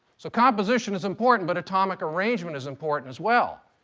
so composition is important, but atomic arrangement is important as well.